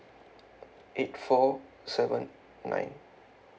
eight four seven nine